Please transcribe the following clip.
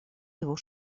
его